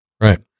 right